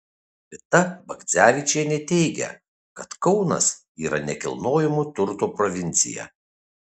rita bagdzevičienė teigia kad kaunas yra nekilnojamojo turto provincija